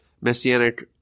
messianic